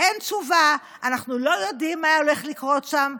אין תשובה, אנחנו לא יודעים מה הולך לקרות שם.